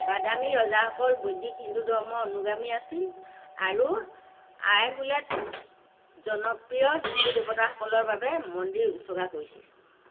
বাদামী ৰজাসকল বৈদিক হিন্দু ধৰ্মৰ অনুগামী আছিল আৰু আইহোলেত জনপ্ৰিয় হিন্দু দেৱতাসকলৰ বাবে মন্দিৰ উৎসৰ্গা কৰিছিল